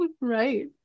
Right